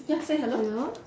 hello